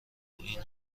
این